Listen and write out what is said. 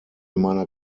meiner